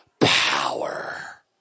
power